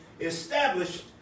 established